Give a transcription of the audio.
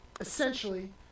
Essentially